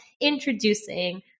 introducing